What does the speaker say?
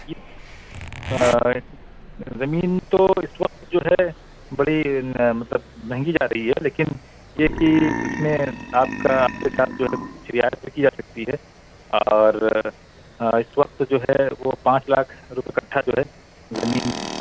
جی زمین تو اس وقت جو ہے بڑی مطلب مہنگی آ رہی ہے لیکن یہ کہ اس میں آپ کا آپ کے ساتھ جو ہے کچھ رعایت کی جا سکتی ہے اور ہاں اس وقت جو ہے وہ پانچ لاکھ روپے کٹھا جو ہے زمین